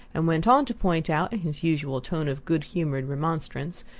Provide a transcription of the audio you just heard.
and went on to point out, in his usual tone of good-humoured remonstrance,